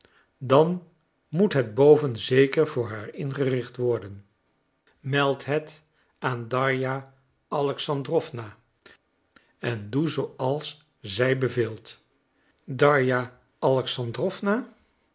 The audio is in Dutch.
dan moet het boven zeker voor haar ingericht worden meld het aan darja alexandrowna en doe zooals zij beveelt darja alexandrowna